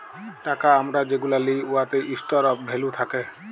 টাকা আমরা যেগুলা লিই উয়াতে ইস্টর অফ ভ্যালু থ্যাকে